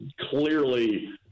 clearly